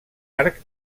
arc